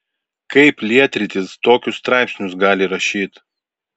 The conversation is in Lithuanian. kaip lietrytis tokius straipsnius gali rašyt